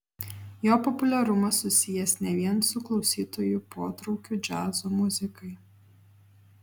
jo populiarumas susijęs ne vien su klausytojų potraukiu džiazo muzikai